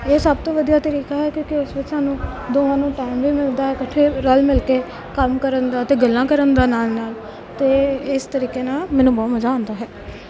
ਇਹ ਸਭ ਤੋਂ ਵਧੀਆ ਤਰੀਕਾ ਹੈ ਕਿਉਂਕਿ ਉਸ ਵਿੱਚ ਸਾਨੂੰ ਦੋਹਾਂ ਨੂੰ ਟਾਈਮ ਵੀ ਮਿਲਦਾ ਇਕੱਠੇ ਰਲ ਮਿਲ ਕੇ ਕੰਮ ਕਰਨ ਦਾ ਅਤੇ ਗੱਲਾਂ ਕਰਨ ਦਾ ਨਾਲ ਨਾਲ ਅਤੇ ਇਸ ਤਰੀਕੇ ਨਾਲ ਮੈਨੂੰ ਬਹੁਤ ਮਜ਼ਾ ਆਉਂਦਾ ਹੈ